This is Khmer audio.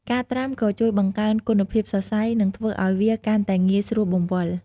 ការត្រាំក៏ជួយបង្កើនគុណភាពសរសៃ និងធ្វើឱ្យវាកាន់តែងាយស្រួលបង្វិល។